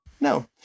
No